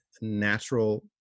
natural